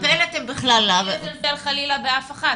בלי לפגוע חלילה באף אחת,